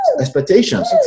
expectations